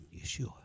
Yeshua